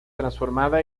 transformada